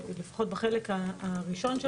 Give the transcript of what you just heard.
לפחות בחלק הראשון,